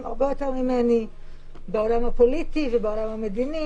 הרבה יותר ממני בעולם הפוליטי ובעולם המדיני